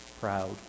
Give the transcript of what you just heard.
proud